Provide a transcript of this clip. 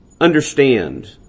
Understand